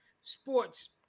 Sports